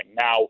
Now